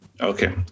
Okay